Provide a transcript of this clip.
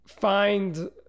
find